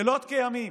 לילות כימים,